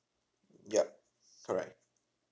yup correct